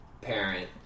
parent